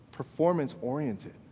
performance-oriented